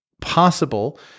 possible